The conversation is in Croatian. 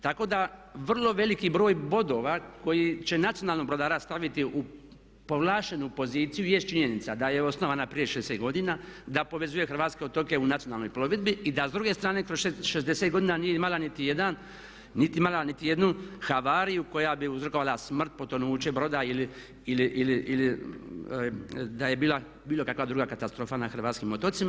Tako da vrlo veliki broj bodova koji će nacionalnog brodara staviti u povlaštenu poziciju jest činjenica da je osnovana prije 60 godina, da povezuje hrvatske otoke u nacionalnoj plovidbi i da s druge strane kroz 60 godina nije imala niti jedan, nije imala niti jednu havariju koja bi uzrokovala smrt, potonuće broda ili da je bila bilo kakva druga katastrofa na hrvatskim otocima.